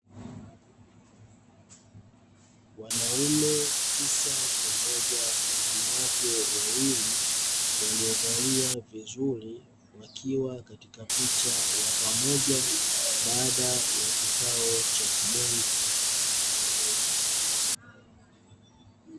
Wanaume tisa pamoja na wanawake wawili waliovalia vizuri wakiwa katika picha ya pamoja baada ya kikao cha kibenki.